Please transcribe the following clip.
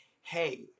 hey